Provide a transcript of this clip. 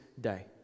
day